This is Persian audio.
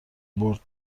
بٌرد